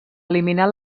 eliminar